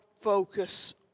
focus